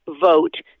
vote